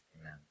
Amen